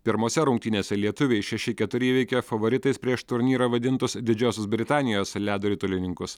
pirmose rungtynėse lietuviai šeši keturi įveikė favoritais prieš turnyrą vadintus didžiosios britanijos ledo ritulininkus